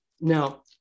Now